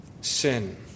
sin